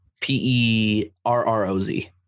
P-E-R-R-O-Z